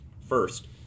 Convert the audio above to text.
First